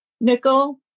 nickel